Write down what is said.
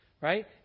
right